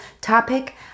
topic